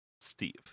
Steve